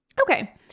Okay